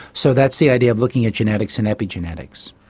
so that's the idea of looking at genetics and epigenetics.